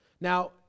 Now